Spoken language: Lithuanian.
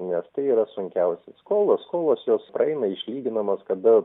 nes tai yra sunkiausia skolos skolos jos praeina išlyginamos kada